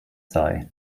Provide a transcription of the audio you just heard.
sei